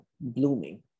blooming